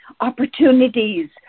opportunities